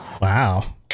Wow